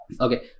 Okay